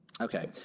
Okay